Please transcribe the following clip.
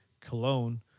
Cologne